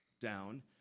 down